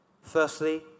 Firstly